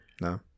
no